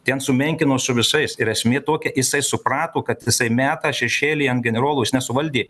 ten sumenkino su visais ir esmė tokia jisai suprato kad jisai meta šešėlį ant generolų jis nesuvaldė